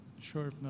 Sure